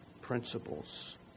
Principles